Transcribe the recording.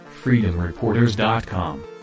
freedomreporters.com